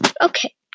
Okay